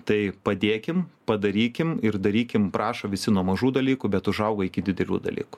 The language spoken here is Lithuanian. tai padėkim padarykim ir darykim prašo visi nuo mažų dalykų bet užaugo iki didelių dalykų